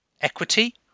equity